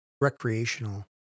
recreational